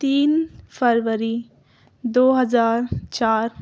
تین فروری دو ہزار چار